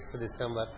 December